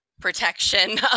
protection